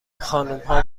خانمها